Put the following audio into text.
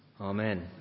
Amen